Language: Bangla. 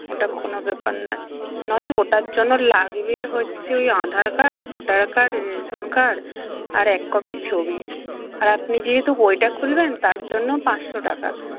ওটা কোনো ব্যাপার না নয় ওটার জন্য লাগবে হচ্ছে ওই Aadhaar card voter card ration card আর এক কপি ছবি আর আপনি যেহেতু বইটা খুলবেন তার জন্য পাঁচশো টাকা